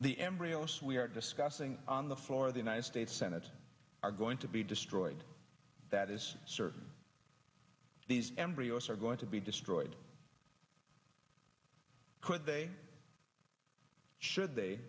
the embryos we are discussing on the floor of the united states senate are going to be destroyed that is certain these embryos are going to be destroyed could they should they